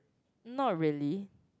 not really